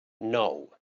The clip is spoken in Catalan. nou